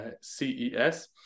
CES